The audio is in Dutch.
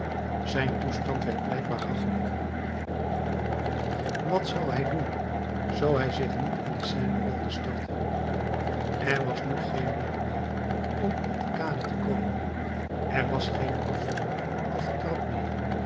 zijn toestand werd blijkbaar hachelijk wat zou hij doen zoo hij zich niet in de seine wilde storten er was nu geen middel meer om op de kade te komen er was geen afloop of trap meer